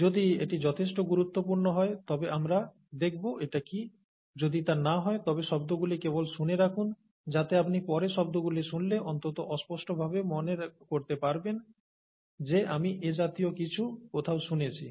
যদি এটি যথেষ্ট গুরুত্বপূর্ণ হয় তবে আমরা দেখব এটা কি যদি তা না হয় তবে শব্দগুলি কেবল শুনে রাখুন যাতে আপনি পরে শব্দগুলি শুনলে অন্তত অস্পষ্টভাবেও মনে করতে পারবেন যে আমি এ জাতীয় কিছু কোথাও শুনেছি